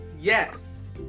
Yes